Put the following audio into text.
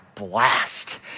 Blast